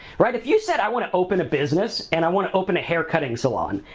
right? if you said i wanna open a business and i wanna open a haircutting salon,